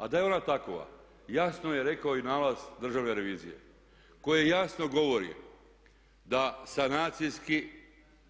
A da je ona takova jasno je rekao i nalaz Državne revizije koji je jasno govorio da sanacijski